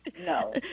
No